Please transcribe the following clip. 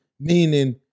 meaning